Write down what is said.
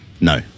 No